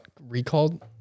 recalled